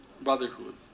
brotherhood